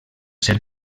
ser